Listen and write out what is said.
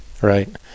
Right